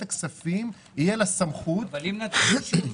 הכספים תהיה סמכות --- אבל אם נתנו אישור,